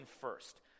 first